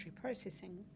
processing